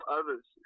others